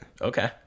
Okay